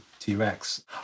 T-Rex